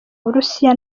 burusiya